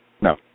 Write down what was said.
No